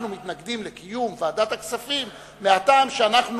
אנחנו מתנגדים לקיום ועדת הכספים מהטעם שאנחנו